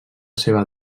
seva